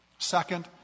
Second